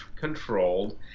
controlled